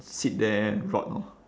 sit there and rot orh